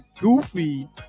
Goofy